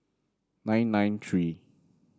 nine nine three